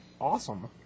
awesome